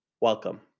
Welcome